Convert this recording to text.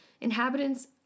inhabitants